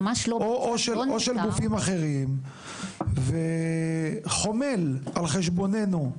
או של גופים אחרים וחומל על חשבוננו,